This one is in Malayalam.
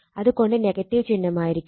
അത് കൊണ്ട് ചിഹ്നമായിരിക്കും